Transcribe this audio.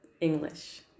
English